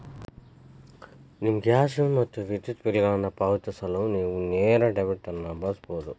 ನಿಮ್ಮ ಗ್ಯಾಸ್ ಮತ್ತು ವಿದ್ಯುತ್ ಬಿಲ್ಗಳನ್ನು ಪಾವತಿಸಲು ನೇವು ನೇರ ಡೆಬಿಟ್ ಅನ್ನು ಬಳಸಬಹುದು